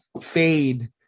fade